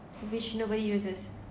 which nobody uses